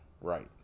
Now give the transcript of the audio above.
right